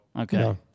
okay